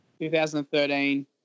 2013